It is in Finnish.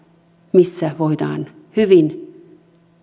missä voidaan hyvin